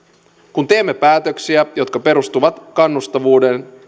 kun teemme päätöksiä jotka perustuvat kannustavuuden